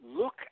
Look